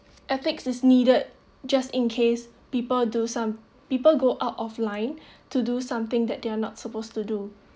ethics is needed just in case people do some people go out of line to do something that they are not supposed to do